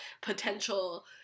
potential